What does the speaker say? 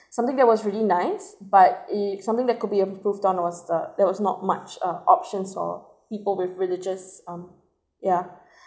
something that was really nice but a something that could be improved on was the there was not much um options for people with religious um yeah